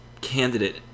candidate